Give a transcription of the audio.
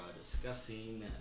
discussing